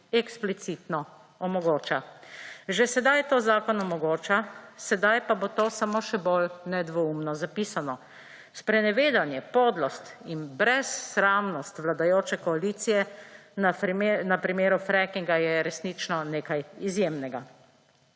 eksplicitno omogoča. Že sedaj to zakon omogoča sedaj pa bo to samo še bolj nedvoumno zapisano. Sprenevedanje, podlost in brezsramnost vladajoče koalicije na primeru freakinga je resnično nekaj izjemnega.